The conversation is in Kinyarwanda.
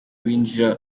binjira